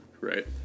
Right